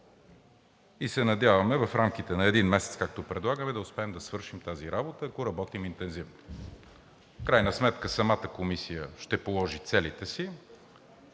и се надяваме в рамките на един месец, както предлагаме, да успеем да свършим тази работа, ако работим интензивно. В крайна сметка самата комисия ще положи целите си,